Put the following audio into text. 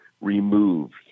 removed